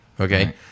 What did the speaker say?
okay